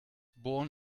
born